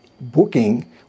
booking